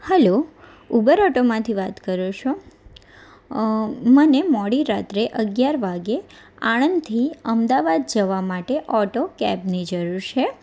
હાલો Uber ઓટોમાંથી વાત કરો છો મને મોડી રાત્રે અગિયાર વાગ્યે આણંદથી અમદાવાદ જવા માટે ઓટો કેબની જરૂર છે